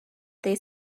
they